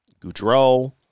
Goudreau